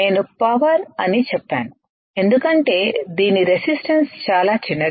నేను పవర్ అని చెప్పాను ఎందుకంటే దీని రెసిస్టెన్స్ చాలా చిన్నది